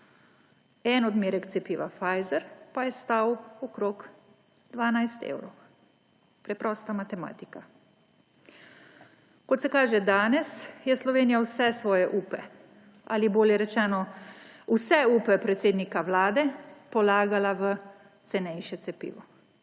En odmerek cepiva Pfizer pa je stal okrog 12 evrov. Preprosta matematika. Kot se kaže danes, je Slovenija vse svoje upe ali, boje rečeno, vse upe predsednika vlade polagala v cenejše cepivo.